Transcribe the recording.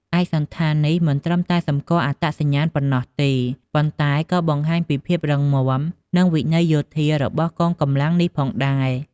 ឯកសណ្ឋាននេះមិនត្រឹមតែសម្គាល់អត្តសញ្ញាណប៉ុណ្ណោះទេ ប៉ុន្តែក៏បង្ហាញពីភាពរឹងមាំនិងវិន័យយោធារបស់កងកម្លាំងនេះផងដែរ។